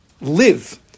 live